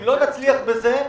אם לא נצליח בזה,